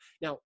Now